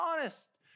honest